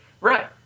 Right